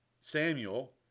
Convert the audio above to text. Samuel